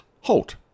halt